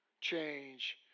change